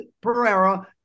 Pereira